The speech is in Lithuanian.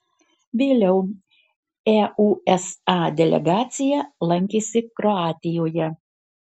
vėliau eusa delegacija lankėsi kroatijoje